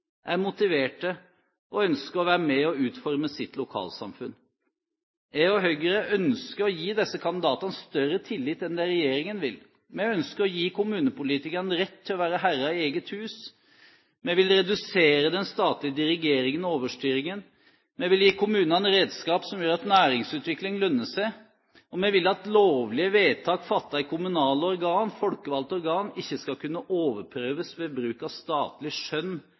er motiverte og ønsker å være med på å utforme sitt lokalsamfunn. Jeg og Høyre ønsker å gi disse kandidatene større tillit enn det regjeringen vil. Vi ønsker å gi kommunepolitikerne rett til å være herrer i eget hus, vi vil redusere den statlige dirigeringen og overstyringen, vi vil gi kommunene redskap som gjør at næringsutvikling lønner seg, og vi vil at lovlige vedtak fattet i kommunale organ, folkevalgte organ, ikke skal kunne overprøves ved bruk av statlig skjønn